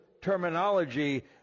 terminology